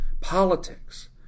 Politics